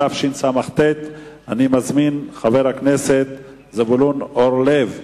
התשס"ט 2009. אני מזמין את חבר הכנסת זבולון אורלב,